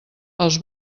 els